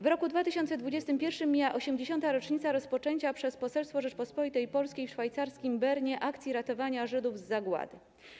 W roku 2021 mija 80. rocznica rozpoczęcia przez Poselstwo Rzeczypospolitej Polskiej w szwajcarskim Bernie akcji ratowania Żydów z Zagłady.